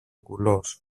κουλός